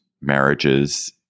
marriages